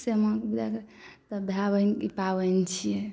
सामाके विदाइ तऽ भाय बहिनके ई पाबनि छियै